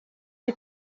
les